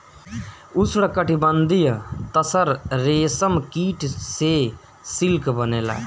उष्णकटिबंधीय तसर रेशम कीट से सिल्क बनेला